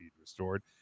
restored